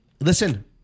listen